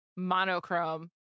monochrome